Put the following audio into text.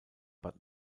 bad